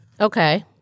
Okay